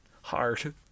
hard